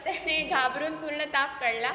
त्याने घाबरून पूर्ण ताप काढला